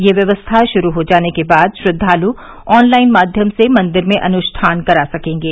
यह व्यवस्था शुरू हो जाने के बाद श्रद्दालु ऑनलाइन माध्यम से मंदिर में अनुष्ठान करा सकेंगे